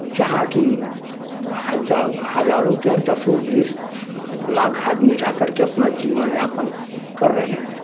जहाँ की हजा हज़ारों चाहे दसों बीस लाख आदमी जा कर के अपना जीवन यापन कर रहे हैं